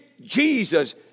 Jesus